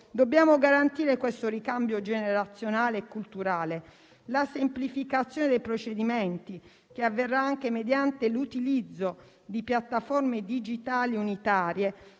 Dobbiamo garantire questo ricambio generazionale e culturale. La semplificazione dei procedimenti - che avverrà anche mediante l'utilizzo di piattaforme digitali unitarie